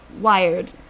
wired